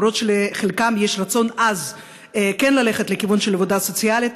למרות שלחלקם יש רצון עז כן ללכת לכיוון של עבודה סוציאלית.